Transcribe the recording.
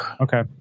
Okay